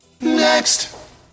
Next